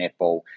netball